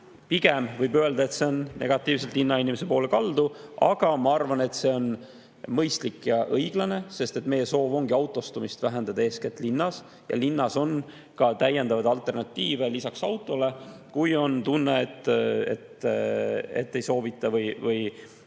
pigem võib öelda, et see on negatiivselt linnainimese poole kaldu. Aga ma arvan, et see on mõistlik ja õiglane, sest meie soov ongi autostumist vähendada eeskätt linnas. Linnas on ka alternatiive autole, kui on tunne, et ei soovita